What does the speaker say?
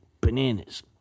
bananas